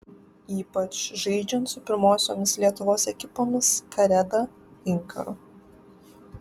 ypač žaidžiant su pirmosiomis lietuvos ekipomis kareda inkaru